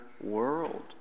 world